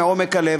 מעומק הלב,